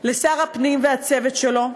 לשר הפנים והצוות שלו,